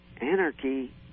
Anarchy